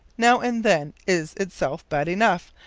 now and then is itself bad enough,